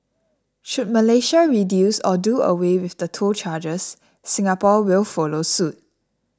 should Malaysia reduce or do away with the toll charges Singapore will follow suit